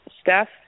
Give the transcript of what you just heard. steph